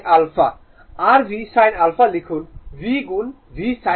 r V sin α লিখুন v গুণ V sin α v